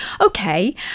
okay